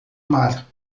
mar